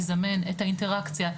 מזמן את האינטראקציה,